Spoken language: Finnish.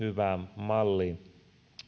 hyvään malliin